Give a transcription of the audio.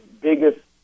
biggest